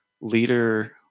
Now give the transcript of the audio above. leader